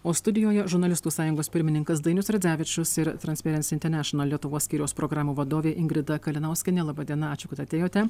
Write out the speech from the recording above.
o studijoje žurnalistų sąjungos pirmininkas dainius radzevičius ir transparency international lietuvos skyriaus programų vadovė ingrida kalinauskienė laba diena ačiū kad atėjote